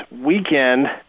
weekend